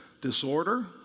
disorder